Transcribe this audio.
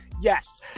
yes